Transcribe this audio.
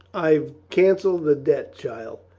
i've canceled that debt, child.